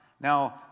now